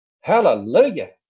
Hallelujah